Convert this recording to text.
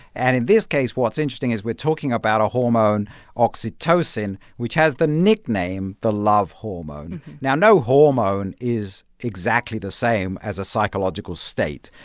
and in this case, what's interesting is we're talking about a hormone oxytocin which has the nickname the love hormone. now, no hormone is exactly the same as a psychological state,